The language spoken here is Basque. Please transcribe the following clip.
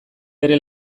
bere